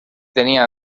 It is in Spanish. tenía